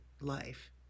life